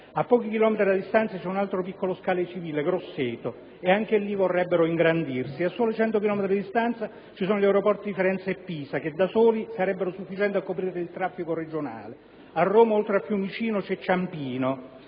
A pochi chilometri di distanza c'è un altro piccolo scalo civile, quello di Grosseto, e anche lì vorrebbero ingrandirsi, mentre a soli 100 chilometri di distanza ci sono gli aeroporti di Firenze e Pisa che da soli sarebbero sufficienti a coprire il traffico regionale. A Roma, oltre a Fiumicino, c'è Ciampino: